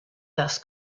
das